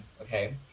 okay